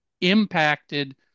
impacted